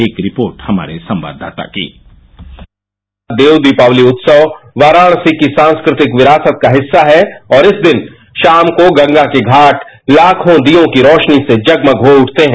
एक रिपोर्ट हमारे संवाददाता की देव दीपावली उत्सव वाराणसी की सांसकृतिक विरासत का हिस्सा है और इस दिन शाम को गंगा के घाट लाखों दियों की रौशनी से जगम हो रहते हैं